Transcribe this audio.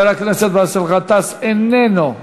איננו.